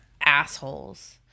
assholes